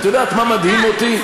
את יודעת מה מדהים אותי?